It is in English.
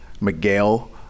Miguel